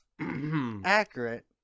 accurate